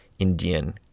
Indian